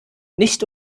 nicht